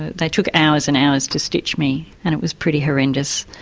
they took hours and hours to stitch me and it was pretty horrendous.